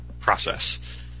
process